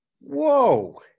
Whoa